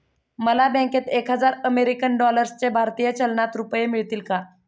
मला बँकेत एक हजार अमेरीकन डॉलर्सचे भारतीय चलनात रुपये मिळतील का?